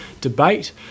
debate